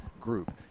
group